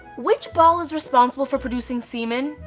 which ball is responsible for producing semen?